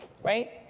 right?